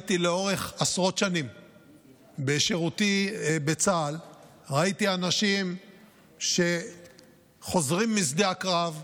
ראיתי לאורך עשרות שנים בשירותי בצה"ל אנשים שחוזרים משדה הקרב,